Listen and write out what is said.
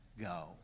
go